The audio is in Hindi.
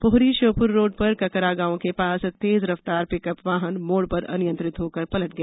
पोहरी श्योपुर रोड पर ककरा गाँव के पास तेज रफ्तार पिकअप वाहन मोड़ पर अनियंत्रित होकर पलट गया